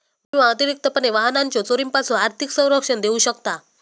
वाहन विमा अतिरिक्तपणे वाहनाच्यो चोरीपासून आर्थिक संरक्षण देऊ शकता